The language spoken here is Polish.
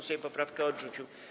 Sejm poprawkę odrzucił.